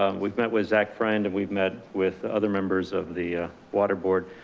um we've met with zach friend, and we've met with other members of the water board.